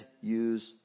use